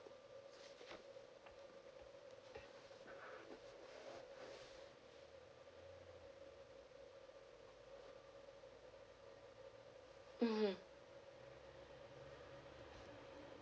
mmhmm